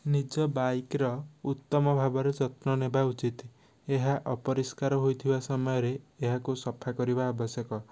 ନିଜ ବାଇକର ଉତ୍ତମ ଭାବରେ ଯତ୍ନନେବା ଉଚିତ ଏହା ଅପରିଷ୍କାର ହୋଇଥିବା ସମୟରେ ଏହାକୁ ସଫା କରିବା ଆବଶ୍ୟକ